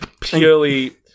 purely